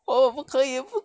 oh 我不可以我不